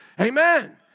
Amen